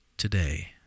Today